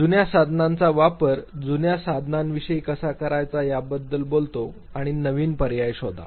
जुन्या साधनांचा वापर जुन्या साधनांविषयी कसा करावा याबद्दल बोललो आणि नवीन पर्याय शोधा